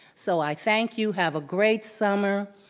so i thank you, have a great summer.